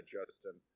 Justin